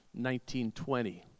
1920